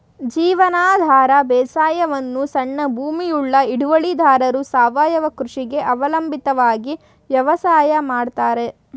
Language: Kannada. ಜೀವನಾಧಾರ ಬೇಸಾಯವನ್ನು ಸಣ್ಣ ಭೂಮಿಯುಳ್ಳ ಹಿಡುವಳಿದಾರರು ಸಾವಯವ ಕೃಷಿಗೆ ಅವಲಂಬಿತವಾಗಿ ವ್ಯವಸಾಯ ಮಾಡ್ತರೆ